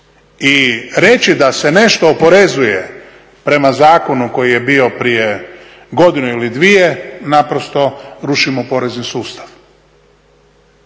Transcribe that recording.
I reći da se nešto oporezuje prema zakonu koji je bio prije godinu ili dvije naprosto rušimo porezni sustav.